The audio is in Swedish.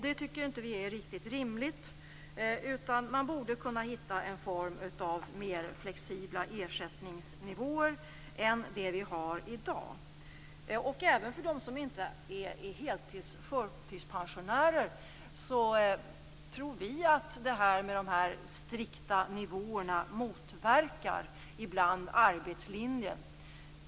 Det tycker inte vi är riktigt rimligt. Man borde kunna hitta ett system med mer flexibla ersättningsnivåer än i dag. Även för dem som inte är heltidsförtidspensionärer tror vi att de strikta nivåerna ibland motverkar arbetslinjen.